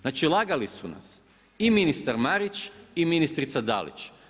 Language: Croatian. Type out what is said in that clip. Znači lagali su nas i ministar Marić i ministrica Dalić.